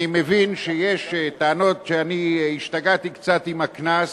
אני מבין שיש טענות שאני השתגעתי קצת עם הקנס,